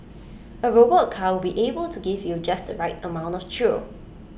A robot car would be able to give you just the right amount of thrill